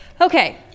okay